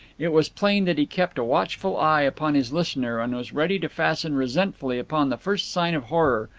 it was plain that he kept a watchful eye upon his listener, and was ready to fasten resentfully upon the first sign of horror,